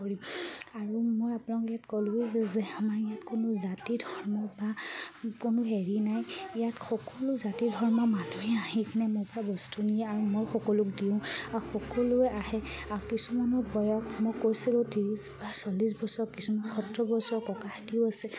কৰি আৰু মই আপোনাক ইয়াত ক'লোঁৱেই যে আমাৰ ইয়াত কোনো জাতি ধৰ্ম বা কোনো হেৰি নাই ইয়াত সকলো জাতি ধৰ্মৰ মানুহে আহি কিনে মোৰ পৰা বস্তু নিয়ে আৰু মই সকলো দিওঁ আৰু সকলোৱে আহে আৰু কিছুমানৰ বয়স মই কৈছিলোঁ ত্ৰিছ বা চল্লিছ বছৰ কিছুমান সত্তৰ বছৰ ককাহঁতো আছে